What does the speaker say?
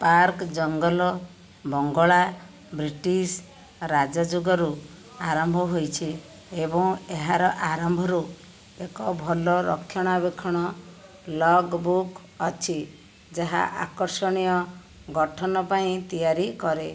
park ଜଙ୍ଗଲ ବଙ୍ଗଳା British Raj ଯୁଗରୁ ଆରମ୍ଭ ହୋଇଛି ଏବଂ ଏହାର ଆରମ୍ଭରୁ ଏକ ଭଲ ରକ୍ଷଣାବେକ୍ଷଣ ଲଗ୍ ବୁକ୍ ଅଛି ଯାହା ଆକର୍ଷଣୀୟ ଗଠନ ପାଇଁ ତିଆରି କରେ